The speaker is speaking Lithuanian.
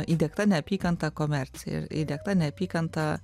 įdiegta neapykanta komercijai ir įdiegta neapykanta